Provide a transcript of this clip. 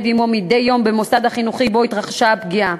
עמו מדי יום במוסד החינוכי שבו התרחשה הפגיעה.